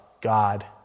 God